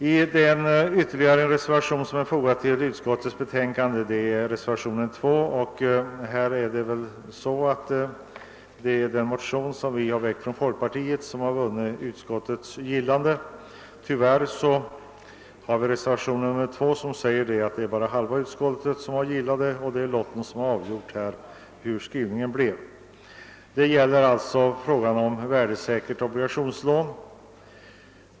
Jag vill något beröra också reservationen 2 som avgivits av utskottets socialdemokratiska ledamöter och där frågor behandlas som vi på folkpartihåll motionsledes fört fram. Ställningstagandet på denna punkt har skett genom lottning, och det är tyvärr bara hälften av ledamöterna som står bakom utskottets positiva skrivning när det gäller ett värdesäkert obligationslån.